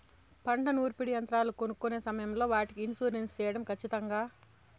పంట నూర్పిడి యంత్రాలు కొనుక్కొనే సమయం లో వాటికి ఇన్సూరెన్సు సేయడం ఖచ్చితంగా?